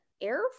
air